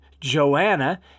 Joanna